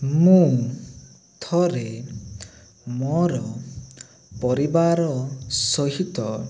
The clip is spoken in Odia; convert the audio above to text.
ମୁଁ ଥରେ ମୋର ପରିବାର ସହିତ